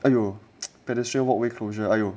!aiyo! pedestrian walkway closure !aiyo!